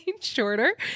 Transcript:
shorter